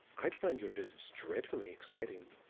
i'd find your visits dreadfully exciting.